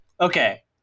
okay